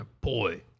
boy